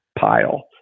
pile